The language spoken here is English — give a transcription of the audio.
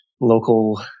local